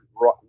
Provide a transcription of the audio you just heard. right